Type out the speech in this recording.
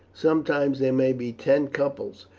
sometimes there may be ten couples,